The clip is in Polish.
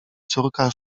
córka